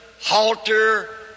halter